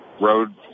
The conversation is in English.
road